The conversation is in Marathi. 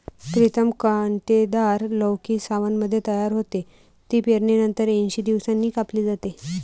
प्रीतम कांटेदार लौकी सावनमध्ये तयार होते, ती पेरणीनंतर ऐंशी दिवसांनी कापली जाते